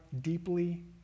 deeply